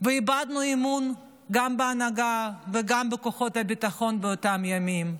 ואיבדנו אמון גם בהנהגה וגם בכוחות הביטחון באותם ימים.